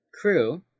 crew